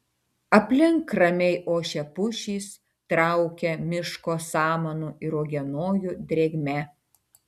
aplink ramiai ošia pušys traukia miško samanų ir uogienojų drėgme